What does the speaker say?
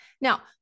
Now